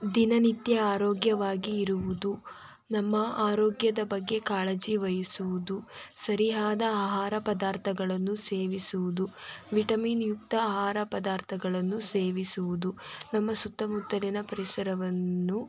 ದಿನನಿತ್ಯ ಆರೋಗ್ಯವಾಗಿ ಇರುವುದು ನಮ್ಮ ಆರೋಗ್ಯದ ಬಗ್ಗೆ ಕಾಳಜಿ ವಹಿಸುವುದು ಸರಿಯಾದ ಆಹಾರ ಪದಾರ್ಥಗಳನ್ನು ಸೇವಿಸುವುದು ವಿಟಮಿನ್ ಯುಕ್ತ ಆಹಾರ ಪದಾರ್ಥಗಳನ್ನು ಸೇವಿಸುವುದು ನಮ್ಮ ಸುತ್ತಮುತ್ತಲಿನ ಪರಿಸರವನ್ನು